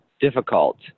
difficult